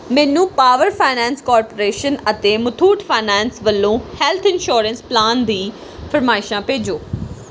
ਮੈਨੂੰ power finance corporation ਅਤੇ Muthoot finance ਵੱਲੋਂ ਹੈੱਲਥ ਇੰਸੂਰੈਂਸ ਪਲਾਨ ਦੀ ਫਰਮਾਇਸ਼ਾਂ ਭੇਜੋ